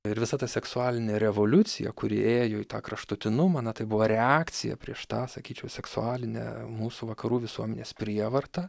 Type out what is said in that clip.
ir visa ta seksualinė revoliucija kuri ėjo į tą kraštutinumą na tai buvo reakcija prieš tą sakyčiau seksualinę mūsų vakarų visuomenės prievartą